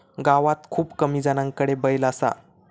गावात खूप कमी जणांकडे बैल असा